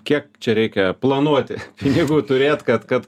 kiek čia reikia planuoti pinigų turėt kad kad